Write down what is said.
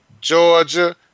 Georgia